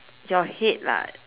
your head lah